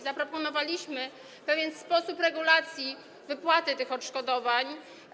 Zaproponowaliśmy pewien sposób regulacji wypłaty tych odszkodowań.